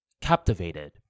captivated